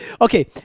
Okay